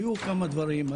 היו כמה דברים,